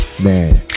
Man